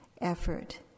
effort